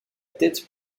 tête